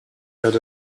got